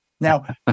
Now